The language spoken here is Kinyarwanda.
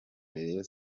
rayon